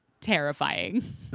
terrifying